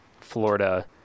florida